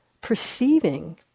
perceiving